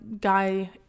guy